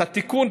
התיקון,